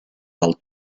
del